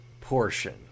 portion